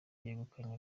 yegukanye